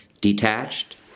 detached